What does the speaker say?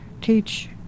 teach